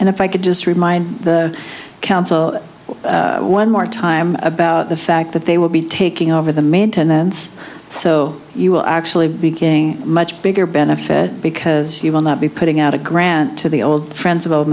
and if i could just remind the council one more time about the fact that they will be taking over the maintenance so you will actually be king much bigger benefit because you will not be putting out a grant to the old friends